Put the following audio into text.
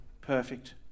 perfect